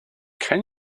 can